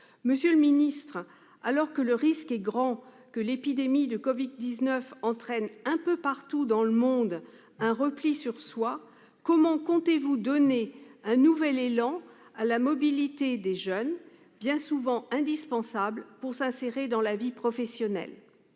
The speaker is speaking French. Monsieur le secrétaire d'État, alors que le risque est grand que l'épidémie de Covid-19 entraîne, un peu partout dans le monde, un repli sur soi, comment comptez-vous donner un nouvel élan à la mobilité des jeunes, bien souvent indispensable pour s'insérer dans la vie professionnelle ?